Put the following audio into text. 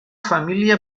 família